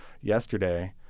yesterday